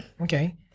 Okay